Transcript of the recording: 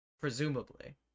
Presumably